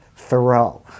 Thoreau